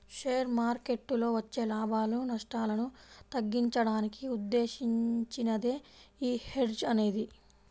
share మార్కెట్టులో వచ్చే లాభాలు, నష్టాలను తగ్గించడానికి ఉద్దేశించినదే యీ హెడ్జ్ అనేది